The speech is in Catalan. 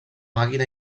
màquina